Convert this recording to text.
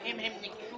האם הם ניגשו